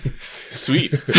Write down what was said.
Sweet